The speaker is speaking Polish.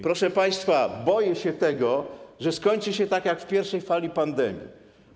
Proszę państwa, boję się tego, że skończy się tak, jak w pierwszej fali pandemii.